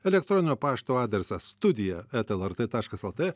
elektroninio pašto adresas studija eta lrt taškas lt